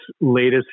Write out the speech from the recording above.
latest